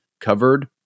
covered